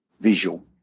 visual